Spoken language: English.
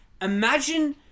Imagine